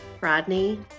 Rodney